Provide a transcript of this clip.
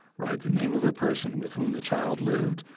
write the name of the person with whom the child lived,